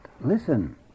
Listen